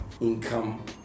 income